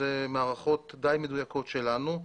אלה הערכות די מדויקות שלנו.